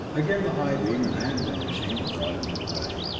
again the i-beam and handling machine were brought into play,